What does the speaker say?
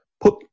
put